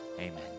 Amen